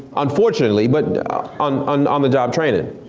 unfortunately, but on and on the job training.